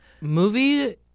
Movie